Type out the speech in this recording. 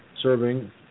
serving